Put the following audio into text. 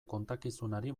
kontakizunari